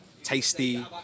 tasty